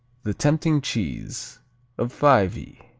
the tempting cheese of fyvie,